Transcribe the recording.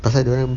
pasal dorang